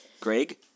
Greg